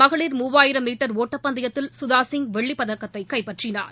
மகளிர் மூவாயிரம் மீட்டர் ஓட்டப்பந்தயத்தில் சுதாசிங் வெள்ளிப் பதக்கத்தை கைப்பற்றினார்